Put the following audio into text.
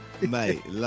Mate